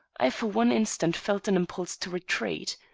i for one instant felt an impulse to retreat.